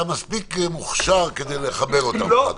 אתה מספיק מוכשר כדי לחבר אותן.